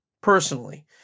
personally